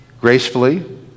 Gracefully